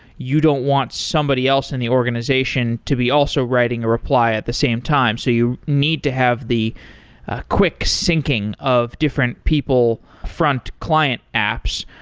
you don't want somebody else in the organization to be also writing a reply at the same time. so you need to have the quick syncing of different people, front client apps.